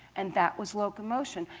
and that was loco-motion.